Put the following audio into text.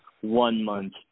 one-month